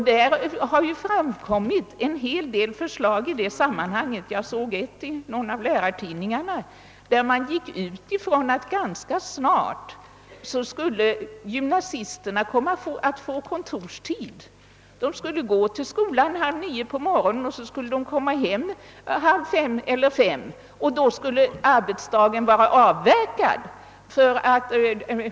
Det har framlagts en hel del förslag på denna punkt — jag såg ett i någon av lärartidningarna, där man utgick från att gymnasisterna ganska snart skulle komma att få kontorstid; de skulle gå till skolan klockan halv 9 på morgonen och komma hem halv 5 eller 5, och då skulle arbetsdagen vara avslutad.